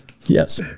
yes